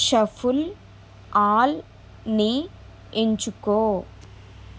shuffle ఆల్ని ఎంచుకో